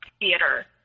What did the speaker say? theater